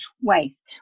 twice